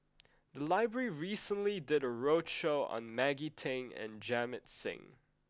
the library recently did a roadshow on Maggie Teng and Jamit Singh